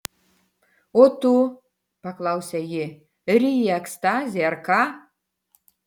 o tu paklausė ji ryji ekstazį ar ką